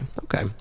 Okay